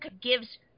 gives